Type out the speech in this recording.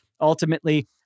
Ultimately